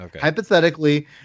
hypothetically